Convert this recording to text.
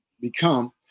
become